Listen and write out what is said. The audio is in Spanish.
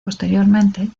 posteriormente